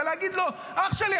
ולהגיד לו: אח שלי,